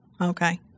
Okay